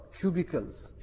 cubicles